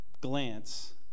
glance